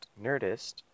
Nerdist